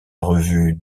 revue